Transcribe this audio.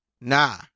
Nah